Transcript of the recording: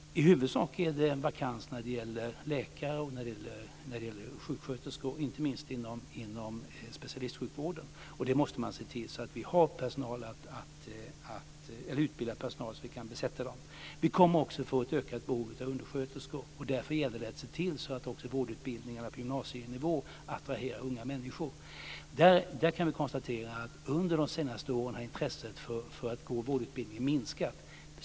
I huvudsak finns det vakanser när det gäller läkare och sjuksköterskor, och inte minst inom specialistsjukvården. Vi måste se till att vi har utbildad personal så att vi kan besätta de vakanserna. Vi kommer också att få ett ökat behov av undersköterskor. Därför gäller det att se till att vårdutbildningarna på gymnasienivå också attraherar unga människor. Vi kan konstatera att under de senaste åren har intresset för att gå vårdutbildningen minskat.